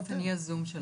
באופן יזום שלכם.